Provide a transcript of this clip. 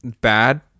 bad